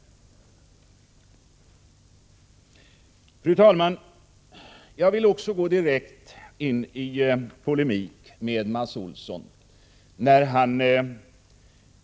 Fru talman! Jag vill också gå direkt in i polemik om Iranoljan med Mats Olsson.